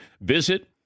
Visit